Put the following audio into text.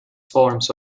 forms